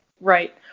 Right